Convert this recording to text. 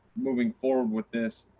moving forward with this,